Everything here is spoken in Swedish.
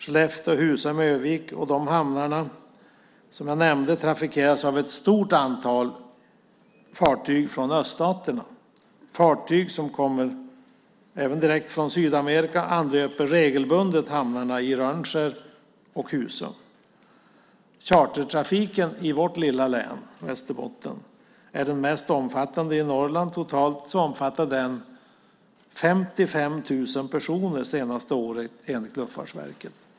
Skellefteå, Husum, Ö-vik, de hamnar som jag nämnde trafikeras av ett stort antal fartyg från öststaterna. Fartyg som kommer även direkt från Sydamerika anlöper regelbundet hamnarna i Rönnskär och Husum. Chartertrafiken i vårt lilla län Västerbotten är den mest omfattande i Norrland. Totalt omfattar den 55 000 personer det senaste året enligt Luftfartsverket.